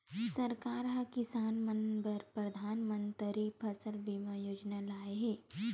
सरकार ह किसान मन बर परधानमंतरी फसल बीमा योजना लाए हे